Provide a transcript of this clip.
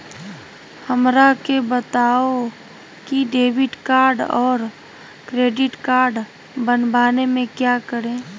हमरा के बताओ की डेबिट कार्ड और क्रेडिट कार्ड बनवाने में क्या करें?